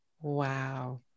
Wow